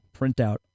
printout